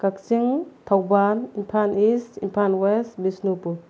Kakching Thoubal Imphal east Imphal west Bishnupur